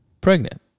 pregnant